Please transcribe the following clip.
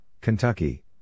Kentucky